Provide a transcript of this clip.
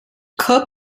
cup